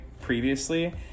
previously